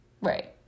Right